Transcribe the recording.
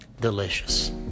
Delicious